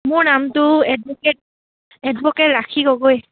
মোৰ নামটো advocate advocate Rakhi Gogoi